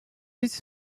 his